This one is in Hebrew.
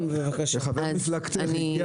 חבר מפלגתך הגיע